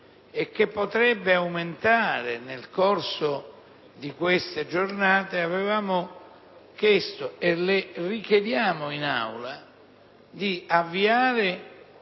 e che potrebbe aumentare nel corso di queste giornate, avevamo chiesto, e le chiediamo nuovamente in Aula, di avviare